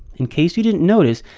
in case you didn't notice,